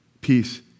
peace